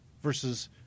versus